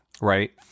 Right